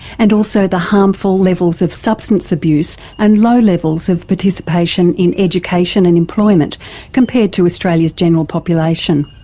and also the harmful levels of substance abuse and low levels of participation in education and employment compared to australia's general population.